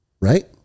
right